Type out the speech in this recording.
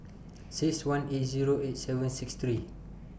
six one eight Zero eight seven six three